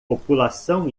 população